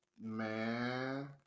Man